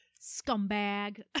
Scumbag